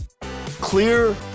clear